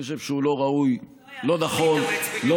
אני חושב שהוא לא ראוי, לא נכון, לא